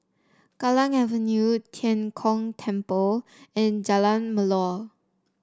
Kallang Avenue Tian Kong Temple and Jalan Melor